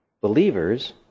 believers